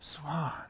swan